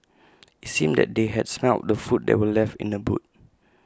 IT seemed that they had smelt the food that were left in the boot